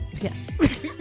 Yes